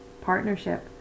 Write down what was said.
partnership